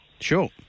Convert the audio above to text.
Sure